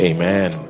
Amen